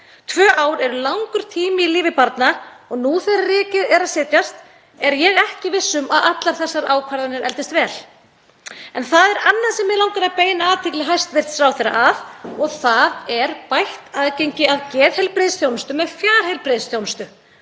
Tvö ár eru langur tími í lífi barna og nú þegar rykið er að setjast er ég ekki viss um að allar þessar ákvarðanir eldist vel. En það er annað sem mig langar að beina athygli hæstv. ráðherra að og það er bætt aðgengi að geðheilbrigðisþjónustu með fjarheilbrigðisþjónustu.